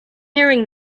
nearing